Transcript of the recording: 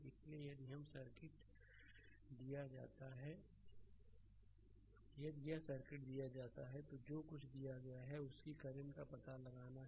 slide समय देखें 0043 इसलिए यदि यह सर्किट दिया जाता है तो जो कुछ दिया गया है उसकी करंट का पता लगाना है